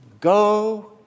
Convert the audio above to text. go